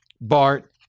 Bart